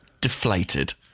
deflated